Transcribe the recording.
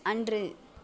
அன்று